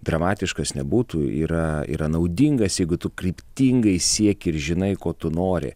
dramatiškas nebūtų yra yra naudingas jeigu tu kryptingai sieki ir žinai ko tu nori